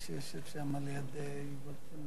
לא נקפיא את הבנייה ולא נהרוס יישובים,